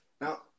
Now